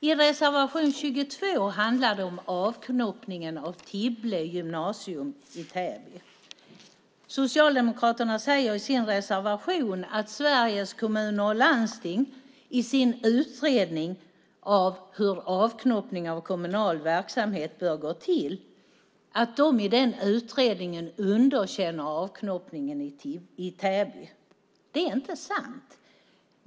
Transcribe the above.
I reservation 22 handlar det om avknoppningen av Tibble gymnasium i Täby. Socialdemokraterna säger i sin reservation att Sveriges Kommuner och Landsting i sin utredning av hur avknoppningar av kommunal verksamhet bör gå till underkänner avknoppningen i Täby. Det är inte sant.